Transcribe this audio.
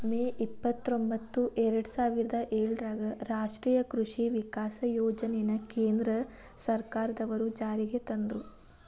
ಮೇ ಇಪ್ಪತ್ರೊಂಭತ್ತು ಎರ್ಡಸಾವಿರದ ಏಳರಾಗ ರಾಷ್ಟೇಯ ಕೃಷಿ ವಿಕಾಸ ಯೋಜನೆನ ಕೇಂದ್ರ ಸರ್ಕಾರದ್ವರು ಜಾರಿಗೆ ತಂದ್ರು